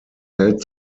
held